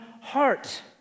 heart